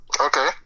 okay